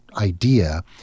idea